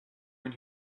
one